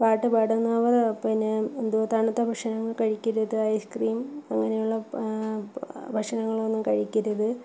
പാട്ട് പാടുന്നവർ പിന്നെ എന്തുവാ തണുത്ത ഭക്ഷണങ്ങൾ കഴിക്കരുത് ഐസ് ക്രീം അങ്ങനെ ഉള്ള ഭക്ഷണങ്ങളൊന്നും കഴിക്കരുത്